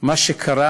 מה שקרה